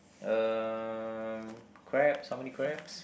um crabs how many crabs